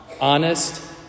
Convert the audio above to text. honest